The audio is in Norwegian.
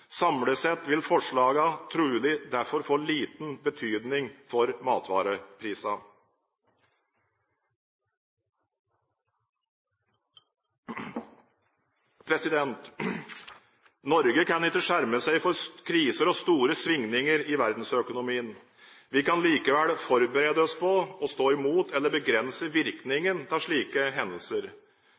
Samlet sett vil forslagene trolig derfor få liten betydning for matvareprisene. Norge kan ikke skjerme seg for kriser og store svingninger i verdensøkonomien. Vi kan likevel forberede oss på å stå imot eller begrense virkningene av slike hendelser